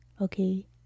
okay